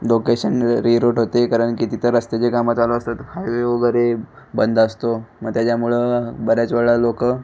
location reroute होते कारण की तिथं रस्त्याची कामं चालू असतात हायवे वगैरे बंद असतो मग त्याच्यामुळं बऱ्याच वेळा लोक